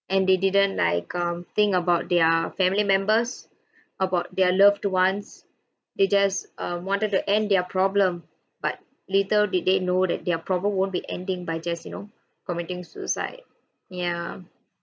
and they didn't like um think about their family members about their loved ones they just err wanted to end their problem but little did they know that their problem won't be ending by just you know committing suicide ya